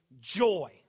joy